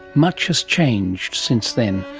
much has changed since then,